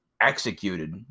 Executed